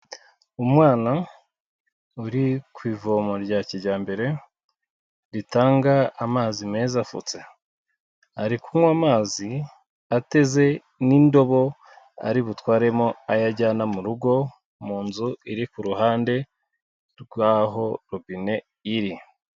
Umwana uri ku ivomo rya kijyambere ritanga amazi meza afutse, ari kunywa amazi ateze n'indobo ari butwaremo ayo ajyana mu rugo mu nzu iri ku ruhande rw'aho rubine iri.